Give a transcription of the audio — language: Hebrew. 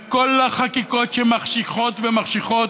בכל החקיקות שמחשיכות ומחשיכות,